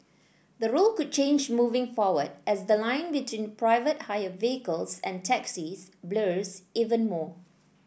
the rule could change moving forward as the line between private hire vehicles and taxis blurs even more